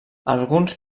alguns